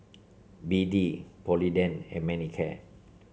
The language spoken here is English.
B D Polident and Manicare